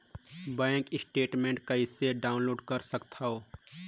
Bank statement कइसे download कर सकथव?